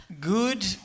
Good